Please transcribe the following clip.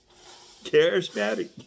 charismatic